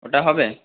ওটা হবে